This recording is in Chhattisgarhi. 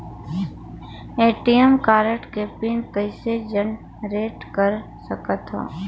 ए.टी.एम कारड के पिन कइसे जनरेट कर सकथव?